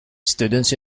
students